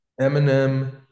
Eminem